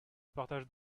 partage